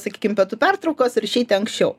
sakykim pietų pertraukos ir išeiti anksčiau